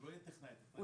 הוא לא יהיה טכנאי.